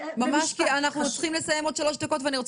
ממש אנחנו צריכים לסיים עוד שלוש דקות ואני עוד